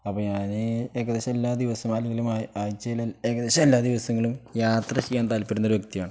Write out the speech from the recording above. അപ്പ ഞാന് ഏകദേശം എല്ലാ ദിവസം അല്ലെങ്കിലും ആ ആഴ്ചയിലൽ ഏകദേശം എല്ലാ ദിവസങ്ങളും യാത്ര ചെയ്യാൻ താല്പര്യുന്ന ഒരു വ്യക്തിയാണ്